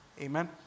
Amen